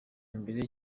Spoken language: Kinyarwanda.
mbere